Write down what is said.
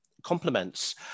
complements